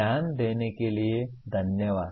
ध्यान देने के लिये धन्यवाद